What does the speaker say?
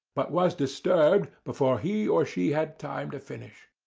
but was disturbed before he or she had time to finish.